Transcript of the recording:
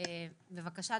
בבקשה,